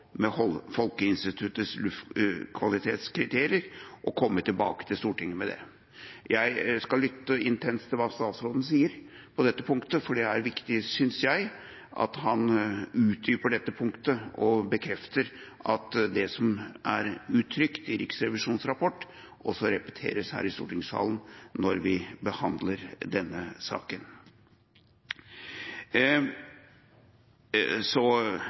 med Folkehelseinstituttets luftkvalitetskriterier og komme tilbake til Stortinget med det. Jeg skal lytte intenst til hva statsråden sier på dette punktet, for det er viktig, synes jeg, at han utdyper dette punktet og bekrefter at det som er uttrykt i Riksrevisjonens rapport, også reflekteres her i stortingssalen når vi behandler denne saka. Så